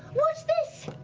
watch this!